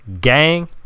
gang